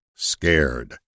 scared